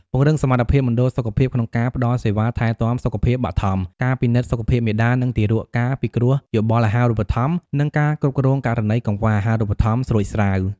ពង្រឹងសមត្ថភាពមណ្ឌលសុខភាពក្នុងការផ្តល់សេវាថែទាំសុខភាពបឋម ការពិនិត្យសុខភាពមាតា និងទារក ការពិគ្រោះយោបល់អាហារូបត្ថម្ភ និងការគ្រប់គ្រងករណីកង្វះអាហារូបត្ថម្ភស្រួចស្រាវ។